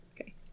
Okay